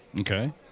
Okay